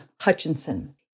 Hutchinson